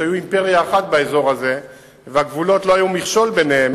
שהיו אימפריה אחת באזור הזה והגבולות לא היו מכשול בעיניהם,